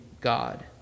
God